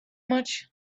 much